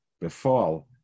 befall